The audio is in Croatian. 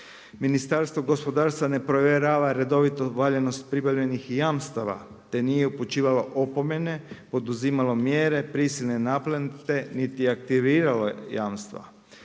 Ministarstvo gospodarstva ne provjerava redovito valjanost pribavljenih ni jamstava. Te nije upućivalo opomene, poduzimalo mjere, prisilne naplate, niti aktiviralo jamstava.